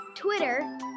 twitter